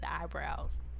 eyebrows